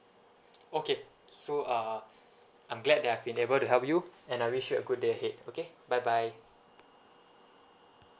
okay so uh I'm glad that I've been able to help you and I wish you a good day ahead okay bye bye